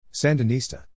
Sandinista